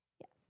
yes